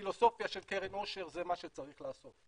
בפילוסופיה של קרן עושר זה מה שצריך לעשות.